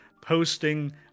posting